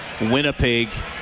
Winnipeg